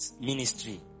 ministry